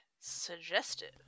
suggestive